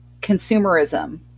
consumerism